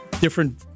different